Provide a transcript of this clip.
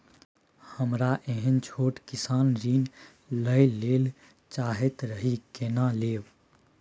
हमरा एहन छोट किसान ऋण लैले चाहैत रहि केना लेब?